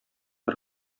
бер